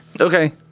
Okay